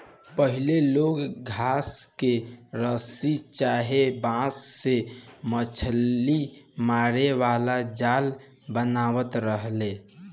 पहिले लोग घास के रसरी चाहे बांस से मछरी मारे वाला जाल बनावत रहले